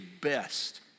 best